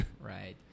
Right